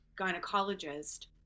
gynecologist